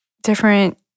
different